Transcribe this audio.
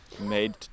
made